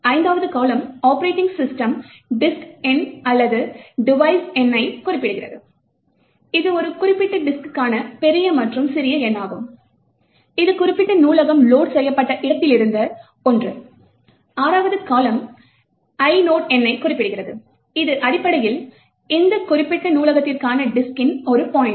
5 வது column operating system disk எண் அல்லது டிவைஸ் எண்ணைக் குறிப்பிடுகிறது இது ஒரு குறிப்பிட்ட டிஸ்க்கான பெரிய மற்றும் சிறிய எண்ணாகும் இது குறிப்பிட்ட நூலகம் லோட் செய்யப்பட்ட இடத்திலிருந்த ஒன்று 6 வது கால்லம் inode எண்ணைக் குறிப்பிடுகிறது இது அடிப்படையில் இந்த குறிப்பிட்ட நூலகத்திற்கான டிஸ்கின் ஒரு பாய்ண்ட்டர்